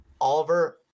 Oliver